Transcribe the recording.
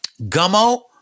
Gummo